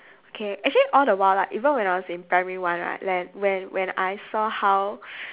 K actually all the while like even when I was in primary one right like when when I saw how